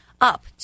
up